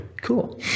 Cool